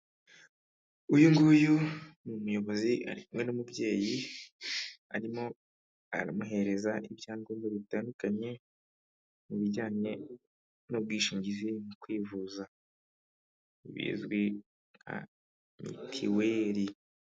Uyu nguyu ni umuyobozi ari kumwe n'umubyeyi, arimo aramuhereza ibyangombwa bitandukanye mu bijyanye n'ubwishingizi mu kwivuza bizwi nka mituweri.